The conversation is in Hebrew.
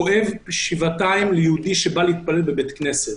כואב שבעתיים ליהודי שבא להתפלל בבית כנסת,